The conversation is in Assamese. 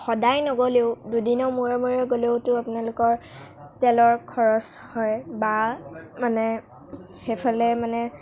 সদায় নগ'লেও দুদিনৰ মূৰে মূৰে গ'লেওতো আপোনালোকৰ তেলৰ খৰচ হয় বা মানে সেইফালে মানে